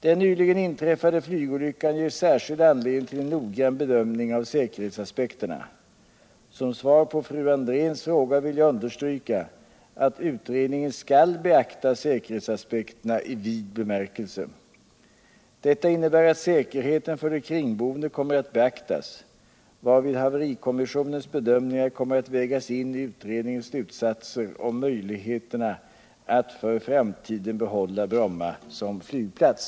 Den nyligen inträffade flygolyckan ger särskild anledning till en noggrann bedömning av säkerhetsaspekterna. Som svar på fru Andréns fråga vill jag understryka att utredningen skall beakta säkerhetsaspekterna i vid bemärkelse. Detta innebär att säkerheten för de kringboende kommer att beaktas, varvid haverikommissionens bedömningar kommer att vägas in i utredningens slutsatser om möjligheterna att för framtiden behålla Bromma som flygplats.